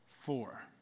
four